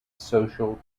social